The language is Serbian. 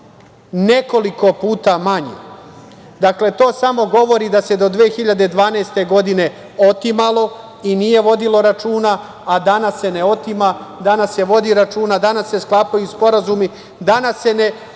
Nekoliko puta manje. Dakle, to samo govori da se do 2012. godine otimalo i nije vodilo računa, a danas se ne otima, danas se vodi računa, danas se sklapaju sporazumi, danas se uzimaju